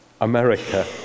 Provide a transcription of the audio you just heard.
America